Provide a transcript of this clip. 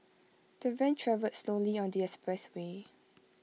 the van travelled slowly on the expressway